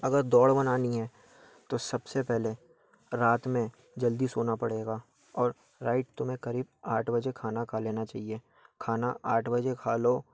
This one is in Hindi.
अगर दौड़ बनानी है तो सबसे पहले रात में जल्दी सोना पड़ेगा और राइट तुम्हे करीब आठ बजे खाना खा लेना चाहिए खाना आठ बजे खा लो